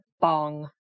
bong